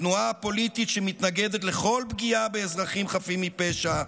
התנועה הפוליטית שמתנגדת לכל פגיעה באזרחים חפים מפשע,